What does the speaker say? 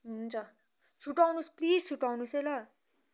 हुन्छ छिटो आउनुहोस् है प्लिज छिटो आउनुहोस् है ल